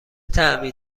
طعمی